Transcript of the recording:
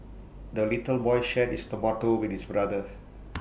the little boy shared his tomato with his brother